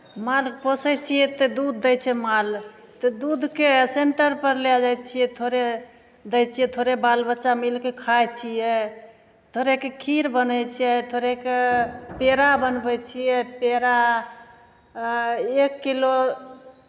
माल पोसै छियै तऽ दूध दै छै माल तऽ दूधके सेंटरपर लऽ जाइ छी थोड़े दै छियै थोड़े बालबच्चा मिलि कऽ खाइ छियै थोड़ेके खीर बनै छै थोड़ेके पेड़ा बनबै छियै पेड़ा आ एक किलो